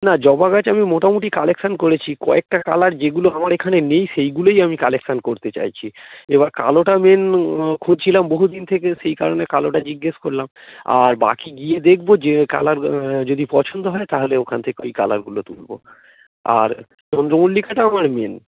না জবা গাছ আমি মোটামুটি কালেকশান করেছি কয়েকটা কালার যেগুলো আমার এখানে নেই সেইগুলোই আমি কালেকশান করতে চাইছি এবার কালোটা মেন খুঁজছিলাম বহু দিন থেকে সেই কারণে কালোটা জিজ্ঞাসা করলাম আর বাকি গিয়ে দেখব যে কালার যদি পছন্দ হয় তাহলে ওখান থেকে ওই কালারগুলো তুলব আর চন্দ্রমল্লিকাটা আমার মেন